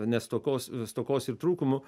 nestokos stokos ir trūkumų